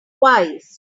wise